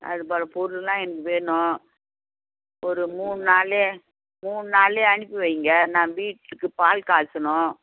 அது போல் பொருள் எல்லாம் எனக்கு வேணும் ஒரு மூணு நாள்லயே மூணு நாள்லயே அனுப்பி வைங்க நான் வீட்டுக்கு பால் காய்ச்சணும்